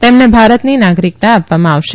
તેમને ભારતની નાગરીકતા આપવામાં આવશે